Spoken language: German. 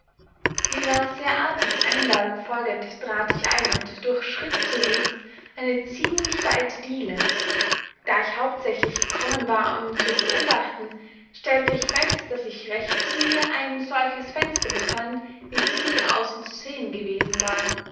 ihrer sehr artigen einladung folgend trat ich ein und durchschritt zunächst eine ziemlich weite diele da ich hauptsächlich gekommen war um zu beobachten stellte ich fest daß sich rechts von mir ein solches fenster befand wie sie von außen zu sehen gewesen waren